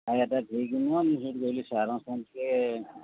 ଖାଇବାଟା ଠିକ୍ ନୁହଁ ମୁଁ ସେଉଠୁ କହିଲି ସାର୍ ଙ୍କ ସଙ୍ଗେ